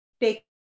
Take